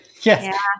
Yes